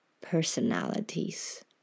personalities